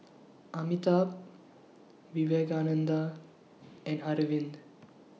Amitabh Vivekananda and Arvind